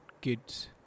kids